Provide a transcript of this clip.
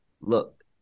look